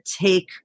take